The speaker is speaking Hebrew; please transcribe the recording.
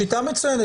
שיטה מצוינת.